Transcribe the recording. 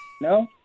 No